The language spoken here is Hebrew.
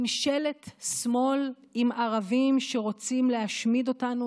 ממשלת שמאל עם ערבים שרוצים להשמיד אותנו,